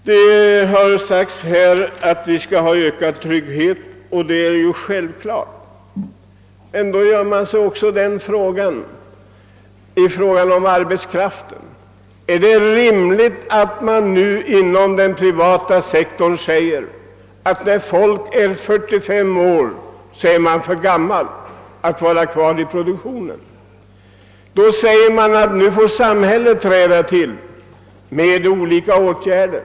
Här har sagts att vi måste åstadkomma ökad trygghet för arbetskraften, och det är ju självklart. Men man måste då ställa sig frågan: Är det då rimligt att företag på den privata sektorn av näringslivet säger att anställda som är över 45 år är för gamla för att vara kvar i produktionen och att samhället då måste träda till med olika åtgärder?